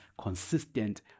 consistent